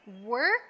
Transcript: Work